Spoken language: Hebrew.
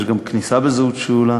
יש גם כניסה בזהות שאולה